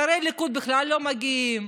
שרי הליכוד בכלל לא מגיעים.